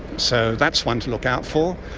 so that's one to look out for.